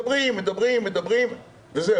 מדברים, מדברים, מדברים וזהו.